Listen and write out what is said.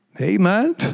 Amen